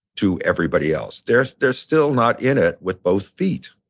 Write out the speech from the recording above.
to everybody else. they're they're still not in it with both feet.